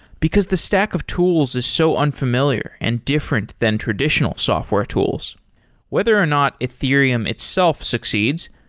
because the stack of tools is so unfamiliar and different than traditional software tools whether or not ethereum itself succeeds,